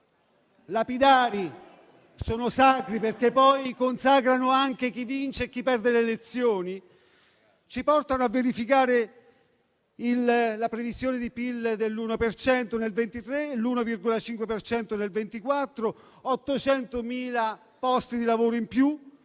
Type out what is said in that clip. lapidari e sacri, perché poi consacrano anche chi vince e chi perde le elezioni, ci portano a verificare la previsione di PIL dell'1 per cento nel 2023 e dell'1,5 nel 2024, 800.000 posti di lavoro in più